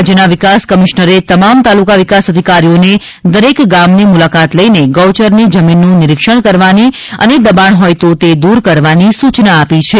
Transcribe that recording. રાજ્યના વિકાસ કમિશ્નરે તમામ તાલુકા વિકાસ અધિકારીઓને દરેક ગામની મુલાકાત લઇને ગૌચરની જમીનનું નીરીક્ષણ કરવાની અ દબાણ હોય તો તે દૂર કરવાની સૂચના આપી છે